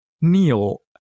neil